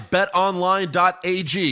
BetOnline.ag